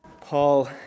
Paul